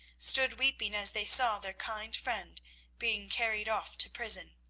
stood weeping as they saw their kind friend being carried off to prison.